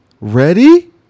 Ready